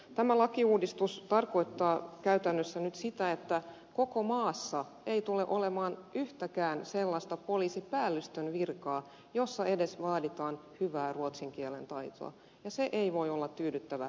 tämä lakiuudistus tarkoittaa käytännössä nyt sitä että koko maassa ei tule olemaan yhtäkään sellaista poliisipäällystön virkaa jossa edes vaaditaan hyvää ruotsin kielen taitoa ja se ei voi olla tyydyttävä asiaintila